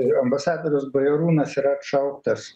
ir ambasadorius bajoriūnas yra atšauktas